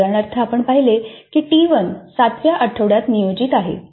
उदाहरणार्थ आपण पाहिले की टी 1 सातव्या आठवड्यात नियोजित आहे